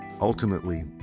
Ultimately